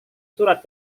surat